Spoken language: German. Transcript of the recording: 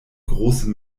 große